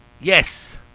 yes